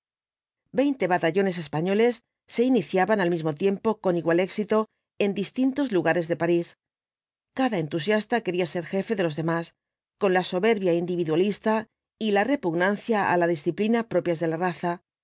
apocalipsis batallones españoles se iniciaban al mismo tiempo con igual éxito en distintos lugares de parís cada entusiasta quería ser jefe de los demás con la soberbia individualista y la repugnancia á la disciplina propias de la raza